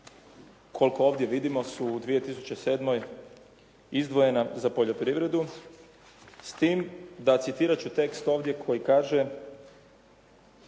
koliko ovdje vidimo su u 2007. izdvojena za poljoprivredu s tim da citirati ću tekst ovdje koji kaže: